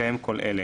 בהתקיים כל אלה: